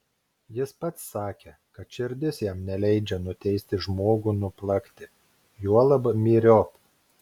jis pats sakė kad širdis jam neleidžia nuteisti žmogų nuplakti juolab myriop